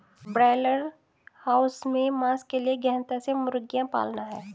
broiler house में मांस के लिए गहनता से मुर्गियां पालना है